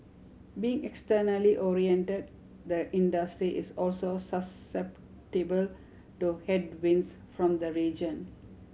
being externally oriented the industry is also susceptible to headwinds from the region